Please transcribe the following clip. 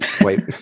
wait